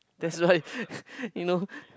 that's why you know